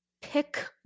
pick